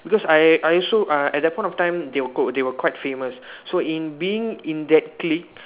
because I I also uh at that point of time they were q~ they were quite famous so in being in that clique